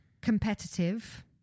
Competitive